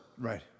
Right